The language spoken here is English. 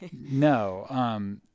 No